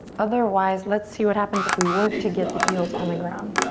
otherwise let's see what happens if we work to get the heels on the ground.